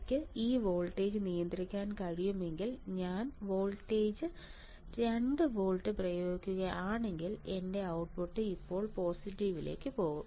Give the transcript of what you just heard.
എനിക്ക് ഈ വോൾട്ടേജ് നിയന്ത്രിക്കാൻ കഴിയുമെങ്കിൽ ഞാൻ വോൾട്ടേജ് 2 വോൾട്ട് പ്രയോഗിക്കുകയാണെങ്കിൽ എന്റെ ഔട്ട്പുട്ട് ഇപ്പോൾ പോസിറ്റീവിലേക്ക് പോകും